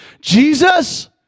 Jesus